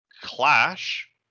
clash